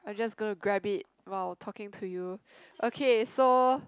I'm just gonna grab it while talking to you okay so